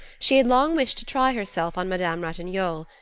she had long wished to try herself on madame ratignolle.